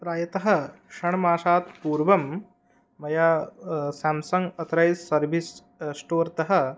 प्रायशः षण्मासात् पूर्वं मया स्याम्साङ्ग् अत्रैव सर्विस् स्टोर् तः